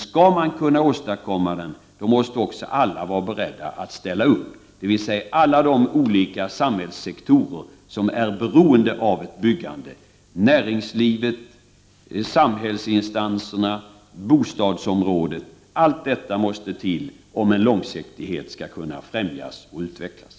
Skall vi åstadkomma det måste alla vara beredda att ställa upp, dvs. alla de olika samhällssektorer som är beroende av byggandet — näringslivet, samhällsinstanserna, bostadsområdet. Allt detta måste till om en långsiktighet skall kunna främjas och utvecklas.